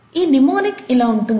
ఈ నిమోనిక్ ఇలా ఉంటుంది